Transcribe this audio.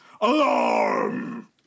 alarm